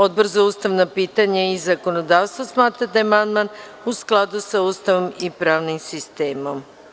Odbor za ustavna pitanja i zakonodavstvo smatra da je amandman u skladu sa Ustavom i pravnim sistemom.